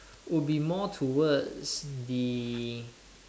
would be more towards the